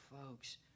folks